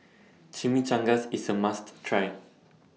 Chimichangas IS A must Try